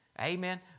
Amen